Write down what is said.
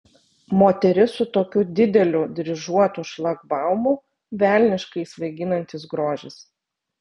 moteris su tokiu dideliu dryžuotu šlagbaumu velniškai svaiginantis grožis